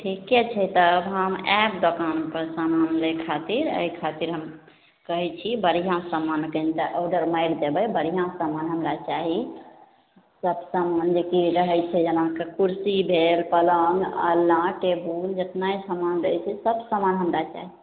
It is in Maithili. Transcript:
ठीके छै तऽ अब हम आएब दोकानपर समान लै खातिर एहि खातिर हम कहै छी बढ़िआँ समान कनिटा ऑर्डर मारि देबै बढ़िआँ समान हमरा चाही सब समान जेकि रहै छै जेनाकि कुर्सी भेल पलङ्ग अलना टेबुल जेतना ई समान दै छै सब समान हमरा चाही